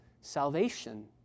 salvation